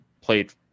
played